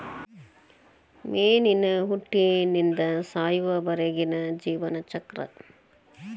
ಮೇನಿನ ಹುಟ್ಟಿನಿಂದ ಸಾಯುವರೆಗಿನ ಜೇವನ ಚಕ್ರ